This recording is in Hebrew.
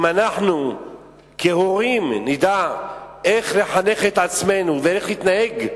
אם אנחנו כהורים נדע איך לחנך את עצמנו ואיך להתנהג,